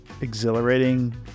exhilarating